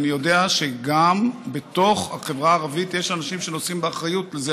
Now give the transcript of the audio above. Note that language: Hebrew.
אני יודע שגם בתוך החברה הערבית יש אנשים שנושאים באחריות לזה,